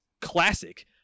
classic